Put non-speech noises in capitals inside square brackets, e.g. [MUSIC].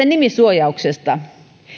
[UNINTELLIGIBLE] nimisuojauksesta